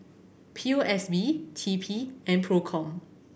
P O S B T P and Procom